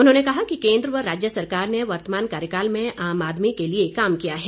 उन्होंने कहा कि केन्द्र व राज्य सरकार ने वर्तमान कार्यकाल में आम आदमी के लिए काम किया है